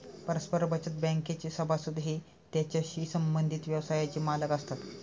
परस्पर बचत बँकेचे सभासद हे त्याच्याशी संबंधित व्यवसायाचे मालक असतात